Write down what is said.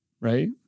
Right